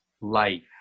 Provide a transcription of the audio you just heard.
life